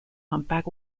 humpback